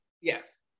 Yes